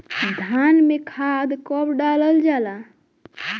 धान में खाद कब डालल जाला?